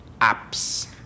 apps